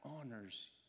honors